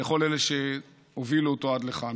לכל אלה שהובילו אותו עד לכאן.